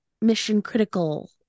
mission-critical